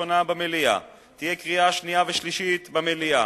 ראשונה במליאה, תהיה קריאה שנייה ושלישית במליאה,